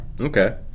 Okay